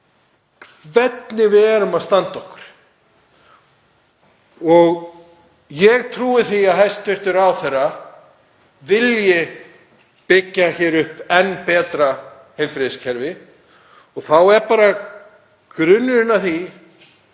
hvernig við erum að standa okkur. Ég trúi því að hæstv. ráðherra vilji byggja upp enn betra heilbrigðiskerfi. Þá er bara grunnurinn að því